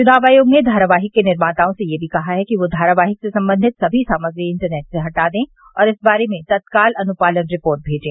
चुनाव आयोग ने धारावाहिक के निर्माताओं से यह भी कहा है कि वे धारावाहिक से संबंधित सभी सामग्री इंटरनेट से हटा दें और इस बारे में तत्काल अनुपालन रिपोर्ट मेजें